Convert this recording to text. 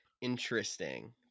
Interesting